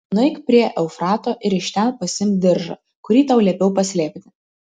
nueik prie eufrato ir iš ten pasiimk diržą kurį tau liepiau paslėpti